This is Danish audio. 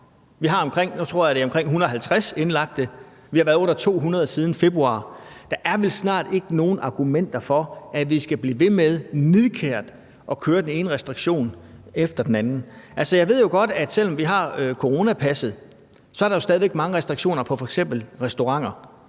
nu har omkring 150 indlagte. Vi har været under 200 siden februar. Der er vel snart ikke nogen argumenter for, at vi skal blive ved med nidkært at køre den ene restriktion efter den anden. Jeg ved jo godt, at selv om vi har coronapasset, er der stadig væk mange restriktioner på f.eks. restauranter.